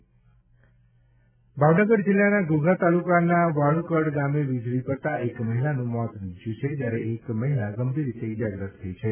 ભાવનગર વીજળી ભાવનગર જિલ્લાના ઘોઘા તાલુકાના વાળુકડ ગામે વીજળી પડતાં એક મહિલાનું મોત નિપજ્યું છે જ્યારે એક મહિલા ગંભીર રીતે ઇજાગ્રસ્ત થઇ છે